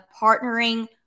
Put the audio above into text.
partnering